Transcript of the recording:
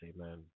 amen